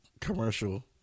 commercial